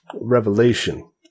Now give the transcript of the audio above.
revelation